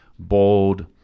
bold